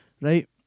right